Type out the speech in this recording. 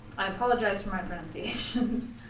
i apologize for my pronunciations.